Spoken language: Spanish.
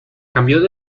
cambió